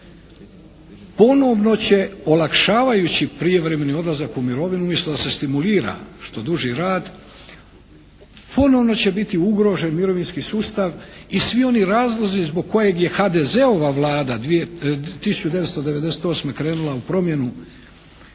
Ponovno će olakšavajući prijevremeni odlazak u mirovinu umjesto da se stimulira što duži rad, ponovno će biti ugrožen mirovinski sustav i svi oni razlozi zbog kojeg je HDZ-ova Vlada 1998. krenula u promjenu